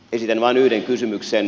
esitän vain yhden kysymyksen